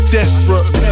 desperate